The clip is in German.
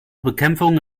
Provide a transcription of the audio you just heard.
bekämpfung